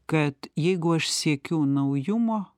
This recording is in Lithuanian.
kad jeigu aš siekiu naujumo